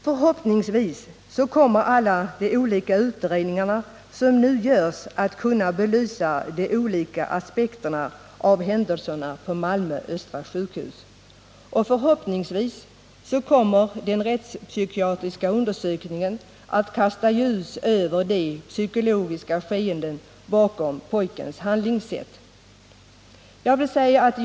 Förhoppningsvis kommer alla de olika utredningar som nu görs att kunna belysa de olika aspekterna av händelserna på Malmö Östra sjukhus, och förhoppningsvis kommer den rättspsykiatriska undersökningen att kasta ljus över de psykologiska skeendena bakom pojkens handlingssätt.